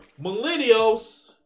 millennials